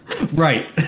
Right